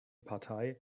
partei